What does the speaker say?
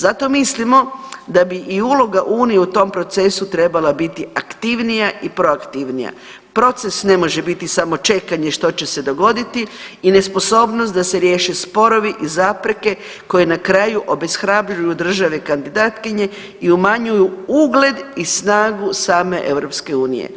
Zato mislimo da bi i uloga unije u tom procesu trebala biti aktivnija i proaktivnija, proces ne može biti samo čekanje što će se dogoditi i nesposobnost da se riješe sporovi i zapreke koje na kraju obeshrabljuju države kandidatkinje i umanjuju ugled i snagu same EU.